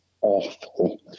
awful